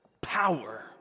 power